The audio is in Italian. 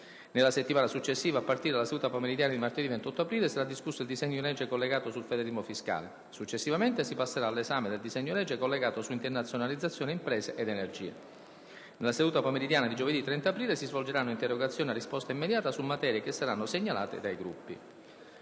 Nella settimana successiva, a partire dalla seduta pomeridiana di martedì 28 aprile, sarà discusso il disegno di legge collegato sul federalismo fiscale. Successivamente si passerà all'esame del disegno di legge collegato su internazionalizzazione imprese ed energia. Nella seduta pomeridiana di giovedì 30 aprile si svolgeranno interrogazioni a risposta immediata su materie che saranno segnalate dai Gruppi.